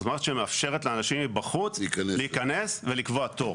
זאת מערכת שמאפשרת לאנשים מבחוץ להיכנס ולקבוע תור.